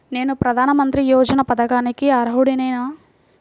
నేను ప్రధాని మంత్రి యోజన పథకానికి అర్హుడ నేన?